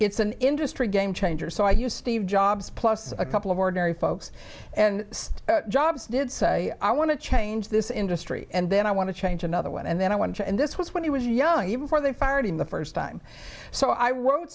it's an industry a game changer so i use steve jobs plus a couple of ordinary folks and jobs did say i want to change this industry and then i want to change another one and then i want to and this was when he was young even four they fired him the first time so i w